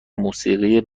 موسیقی